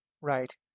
Right